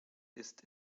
ist